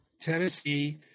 Tennessee